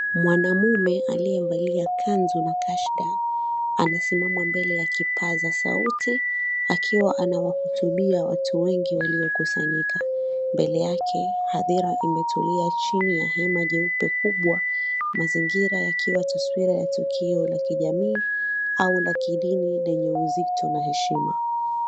Mwanamume aliyavalia kanzu na kashida anasimama mbele ya kipazasauti akiwa anawahutubia watu wengi waliokusanyika. Mbele yake hadhira imetulia chini ya hema jeupe kubwa, mazingira yakiwa jeupe ya tukio la kijamii au la kidini lenye uzito na heshima.